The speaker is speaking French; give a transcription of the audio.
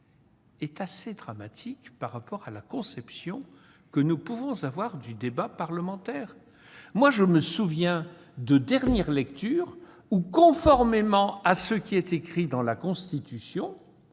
est assez dramatique eu égard à la conception que nous avons du débat parlementaire. Je me souviens de dernières lectures où, conformément à ce qui est écrit dans la Constitution,